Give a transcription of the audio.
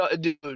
dude